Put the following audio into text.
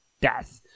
death